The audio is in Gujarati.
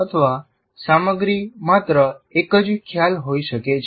અથવા સામગ્રી માત્ર એક જ ખ્યાલ હોઈ શકે છે